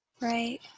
Right